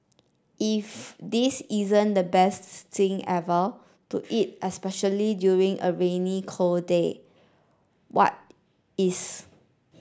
if this isn't the best thing ever to eat especially during a rainy cold day what is